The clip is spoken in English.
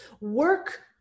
work